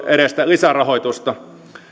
edestä lisärahoitusta